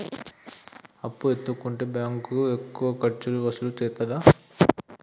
అప్పు ఎత్తుకుంటే బ్యాంకు ఎక్కువ ఖర్చులు వసూలు చేత్తదా?